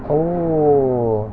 oh